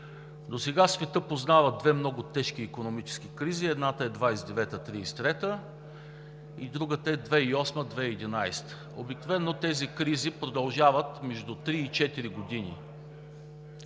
Досега светът познава две много тежки икономически кризи. Едната е 1929 – 1933 г., другата е 2008 – 2011 г. Обикновено тези кризи продължават между три и четири